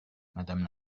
madame